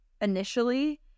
initially